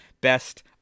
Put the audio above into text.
best